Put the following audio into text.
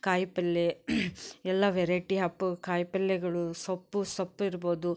ಕಾಯಿ ಪಲ್ಲೆ ಎಲ್ಲ ವೆರೈಟಿ ಹಪ್ಪು ಕಾಯಿ ಪಲ್ಲೆಗಳು ಸೊಪ್ಪು ಸೊಪ್ಪಿರ್ಬೋದು